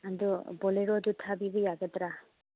ꯑꯗꯣ ꯕꯣꯂꯦꯔꯣꯗꯣ ꯊꯥꯕꯤꯕ ꯌꯥꯒꯗ꯭ꯔꯥ